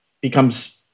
becomes